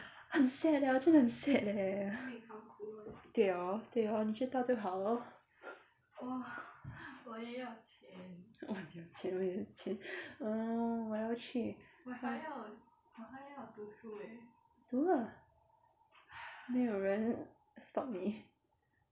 很 sad leh 我真的很 sad leh 对哦对哦你知道就好 lor 你要钱我也要钱 我要去读啦没有人 stop 你